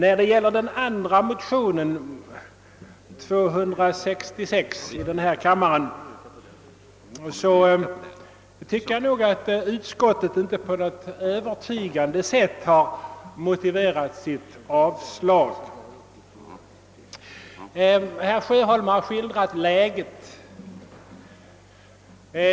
Beträffande den andra motionen — II: 266 — tycker jag att utskottet inte har motiverat sitt avstyrkande på ett övertygande sätt.